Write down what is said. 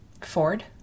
Ford